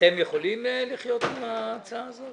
אתם יכולים לחיות עם ההצעה הזאת?